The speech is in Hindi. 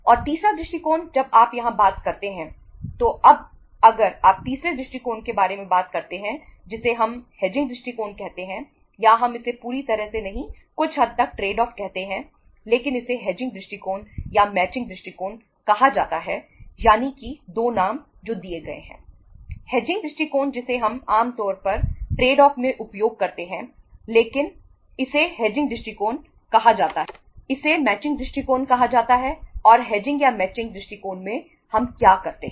और तीसरा दृष्टिकोण जब आप यहां बात करते हैं तो अब अगर आप तीसरे दृष्टिकोण के बारे में बात करते हैं जिसे हम हेजिंग दृष्टिकोण में हम क्या करते हैं